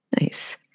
Nice